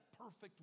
perfect